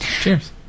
Cheers